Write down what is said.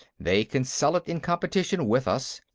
they can sell it in competition with us,